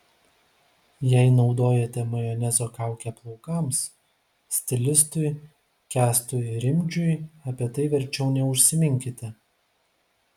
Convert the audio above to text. jei naudojate majonezo kaukę plaukams stilistui kęstui rimdžiui apie tai verčiau neužsiminkite